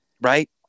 right